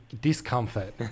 discomfort